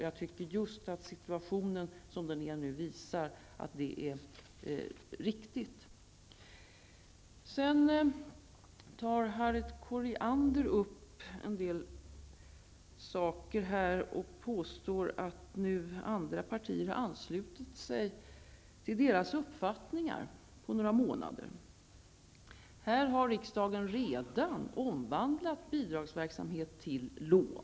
Jag tycker att situationen som den är nu just visar att det är riktigt. Harriet Colliander tar upp en del saker här och påstår att andra partier nu, på några månader, har anslutit sig till Ny Demokratis uppfattningar. Ny Demokrati har i valrörelsen envetet talat om att bidrag skall göras till lån.